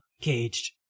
caged